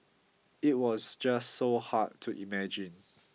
it was just so hard to imagine